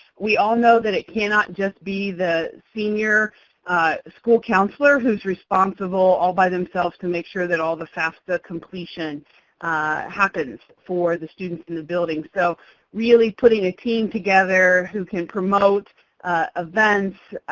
we all know that it cannot just be the senior school counselor who is responsible all by themselves to make sure that all the fafsa completion happens for the students in the building, so really putting a team together who can promote events,